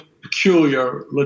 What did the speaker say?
peculiar